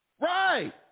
Right